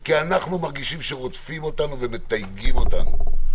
כי אנחנו מרגישים שרודפים אותנו ומתייגים אותנו.